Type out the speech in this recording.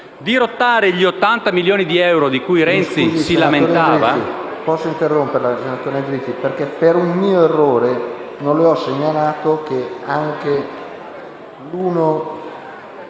dirottare gli 80 milioni di euro di cui Renzi si lamentava...